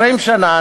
20 שנה,